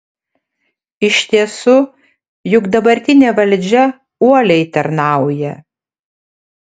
iš tiesų juk dabartinė valdžia uoliai tarnauja